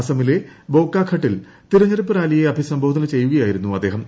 അസ്സമിലെ ബോകാഘട്ടിൽ തെരഞ്ഞെടുപ്പ് റാലിയെ അഭിസംബോധന ചെയ്യുക യായിരുന്നു അദ്ദേഹം